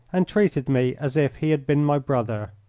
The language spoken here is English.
and treated me as if he had been my brother.